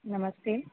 नमस्ते